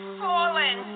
fallen